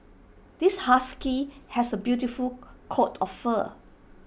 this husky has A beautiful coat of fur